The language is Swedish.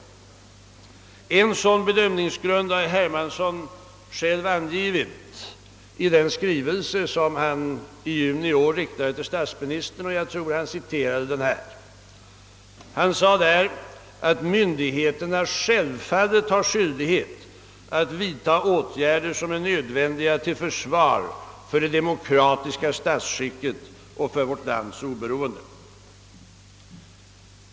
En sådan bedömningsgrund har herr Hermansson själv angivit i den skrivelse som han i juni i år riktade till statsministern — jag tror att han citerade den här i kammaren. Han framhöll i denna skrivelse, att myndigheterna självfallet har skyldighet att vidta åtgärder som är nödvändiga till försvar för det demokratiska statsskicket och för vårt lands oberoende.